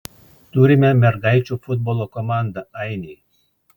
turime mergaičių futbolo komandą ainiai